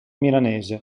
milanese